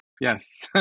Yes